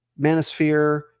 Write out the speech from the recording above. manosphere